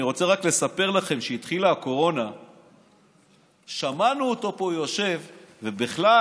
אני רוצה רק לספר לכם שכשהתחילה הקורונה שמענו אותו פה יושב ובכלל